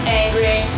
angry